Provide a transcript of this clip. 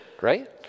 right